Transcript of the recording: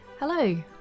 Hello